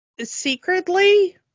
secretly